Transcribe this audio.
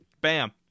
Bam